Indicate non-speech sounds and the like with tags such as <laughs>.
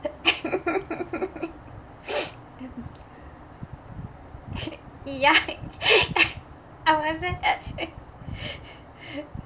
<laughs> ya <laughs> I wasn't